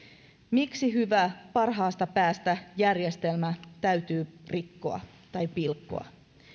miksi hyvä järjestelmä parhaasta päästä täytyy rikkoa tai pilkkoa